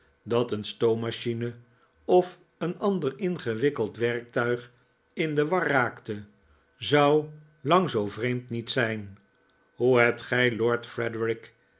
dat een stoommachine of een ander ingewikkeld werktuig in de war raakte zou lang zoo vreemd niet zijn hoe hebt gij lord frederik